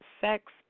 sex